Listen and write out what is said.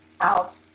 out